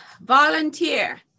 volunteer